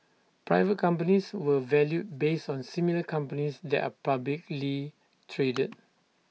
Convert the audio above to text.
private companies were valued based on similar companies that are publicly traded